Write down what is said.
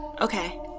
Okay